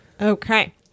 Okay